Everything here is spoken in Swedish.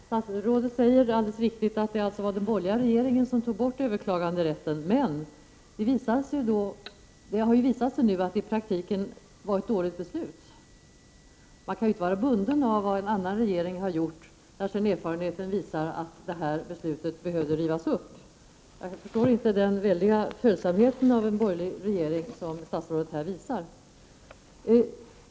Herr talman! Statsrådet säger alldeles riktigt att det var den borgerliga regeringen som tog bort överklaganderätten. Men det har ju visat sig nu att det i praktiken var ett dåligt beslut. Man kan inte vara bunden av vad en annan regering har gjort om erfarenheten visar att beslutet behöver rivas upp. Jag förstår inte den stora följsamhet till en borgerlig regering som statsrådet här visar.